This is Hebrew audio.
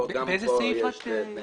כאן יש תנאי כשירות.